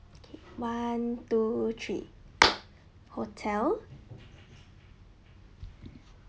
okay one two three hotel